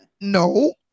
No